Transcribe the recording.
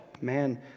Man